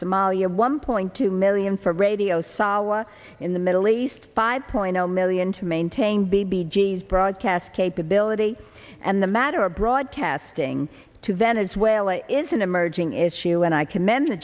somalia one point two million for radio sahwa in the middle east five point zero million to maintain b b g s broadcast capability and the matter of broadcasting to venezuela is an emerging issue and i commend the